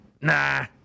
Nah